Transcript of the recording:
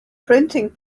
printing